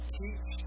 teach